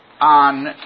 On